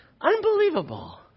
Unbelievable